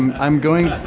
um i'm going,